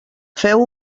feu